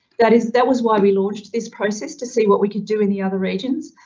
that is, that was why we launched this process to see what we could do in the other regions.